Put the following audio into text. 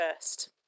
first